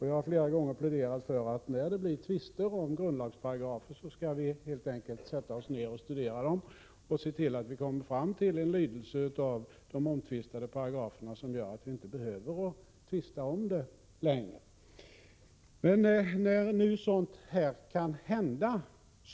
Jag har flera gånger pläderat för att vi vid tvister om grundlagsparagrafer skall sätta oss ned och studera dem och se till att vi kommer fram till en lydelse av de omtvistade paragraferna vilken gör att vi inte längre behöver tvista om dessa.